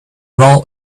raw